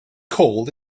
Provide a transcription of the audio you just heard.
cold